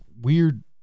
weird